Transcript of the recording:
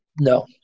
No